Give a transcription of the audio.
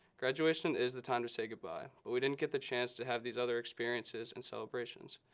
graduation is the time to say goodbye, but we didn't get the chance to have these other experiences and celebrations.